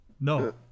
No